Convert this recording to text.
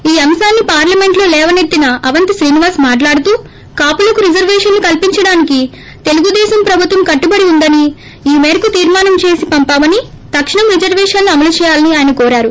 ఈ అంశాన్ని పార్లమెంట్ లో లేవనెత్తన్ అవంతి శ్రినివాస్ మాటలాడుతూ కాపులకు రిజర్యేషన కల్సించడానికి తెలుగుదేశం ప్రబుత్వం కట్టుబడి వుందని ఈ మేరకు తీర్మానం చేసి పంపామని తక్షణం రిజర్వేషన్ల అమలు చేయాలని ఆయన కోరారు